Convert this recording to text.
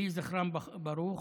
יהי זכרם ברוך.